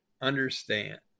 understand